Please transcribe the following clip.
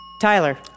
Tyler